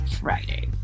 Friday